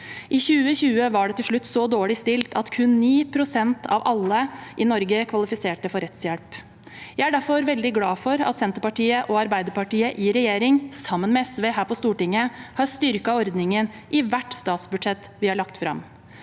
I 2020 var det til slutt så dårlig stilt at kun 9 pst. av alle i Norge kvalifiserte for rettshjelp. Jeg er derfor veldig glad for at Senter partiet og Arbeiderpartiet i regjering, sammen med SV her på Stortinget, har styrket ordningen i hvert statsbudsjett vi har lagt fram.